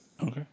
Okay